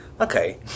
Okay